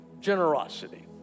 generosity